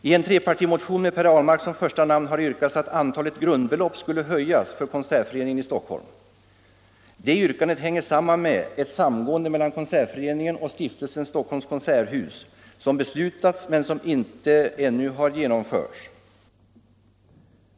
I en trepartimotion med herr Ahlmark som första namn har yrkats att antalet grundbelopp skulle höjas för Konsertföreningen i Stockholm. Det yrkandet hänger samman med ett samgående mellan Konsertföreningen och Stiftelsen Stockholms konserthus, som beslutats men ännu inte genomförts.